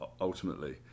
ultimately